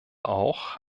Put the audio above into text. auch